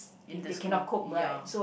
in the school ya